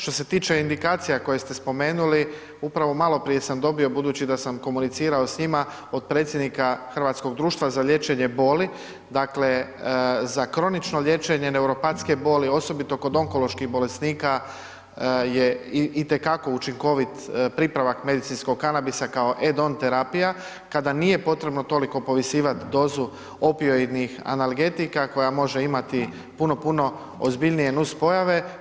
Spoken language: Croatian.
Što se tiče indikacija koje ste spomenuli upravo maloprije sam dobio, budući da sam komunicirao s njima od predsjednika Hrvatskog društva za liječenje boli, dakle za kronično liječene neuropatske boli osobito kod onkoloških bolesnika je i te kako učinkovit pripravak medicinskog kanabisa kao edont terapija kada nije potrebno toliko povisivat dozu opioidnih analgetika koja može imati puno, puno ozbiljnije nus pojave.